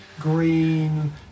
green